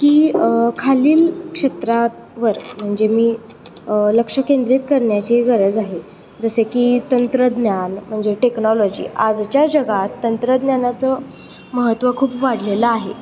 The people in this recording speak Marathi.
की खालील क्षेत्रावर म्हणजे मी लक्ष केंद्रित करण्याची गरज आहे जसे की तंत्रज्ञान म्हणजे टेक्नॉलॉजी आजच्या जगात तंत्रज्ञानाचं महत्त्व खूप वाढलेलं आहे